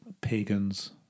pagans